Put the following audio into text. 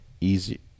easy